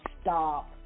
stop